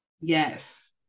yes